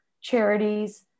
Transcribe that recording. charities